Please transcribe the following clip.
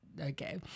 okay